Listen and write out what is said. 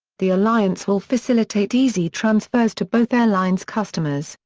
the alliance will facilitate easy transfers to both airlines' customers,